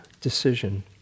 decision